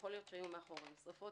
יכול להיות שהיו מאחוריהן שריפות,